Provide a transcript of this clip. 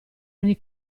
ogni